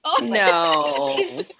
no